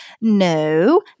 No